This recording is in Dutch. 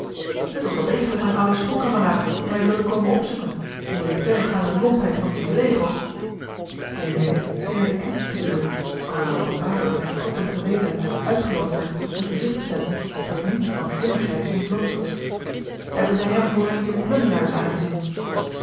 het was wel degelijk mijn oude schoolkameraad die mij wilde komen opzoeken en door de verregaande lompheid van die vlegels hiermede scheen hij de knechts te bedoelen alhoewel papa door zijn kloppend geweten uitgelokt werd een gezigt te zetten dat niet van grimmigheid ontbloot was hebben zij hem voor een dier plunderaars aangezien